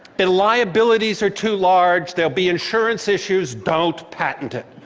the liabilities are too large. there will be insurance issues. don't patent it.